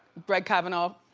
brett kavanaugh.